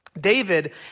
David